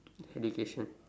education